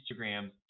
Instagram